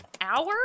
hour